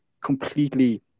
Completely